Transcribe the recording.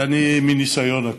אני אומר מהניסיון הקודם.